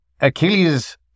Achilles